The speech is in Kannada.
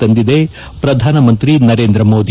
ತಂದಿದೆ ಪ್ರಧಾನಮಂತ್ರಿ ನರೇಂದ್ರಮೋದಿ